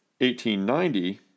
1890